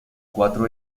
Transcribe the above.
cuatro